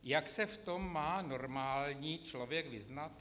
Jak se v tom má normální člověk vyznat?